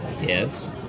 Yes